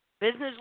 business